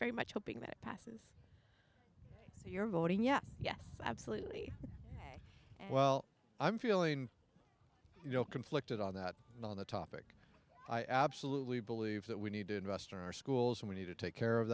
very much hoping that you're voting yes yes absolutely well i'm feeling you know conflicted on that and on the topic i absolutely believe that we need to invest in our schools and we need to take care of